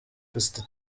pst